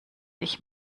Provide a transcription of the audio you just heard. ich